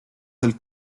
del